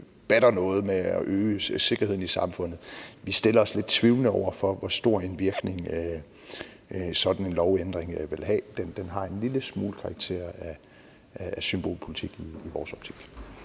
batter noget i forhold til at øge sikkerheden i samfundet. Vi stiller os lidt tvivlende over for, hvor stor en virkning sådan en lovændring vil have. Den har en lille smule karakter af symbolpolitik i vores optik.